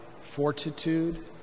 fortitude